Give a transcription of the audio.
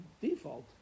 default